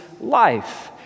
life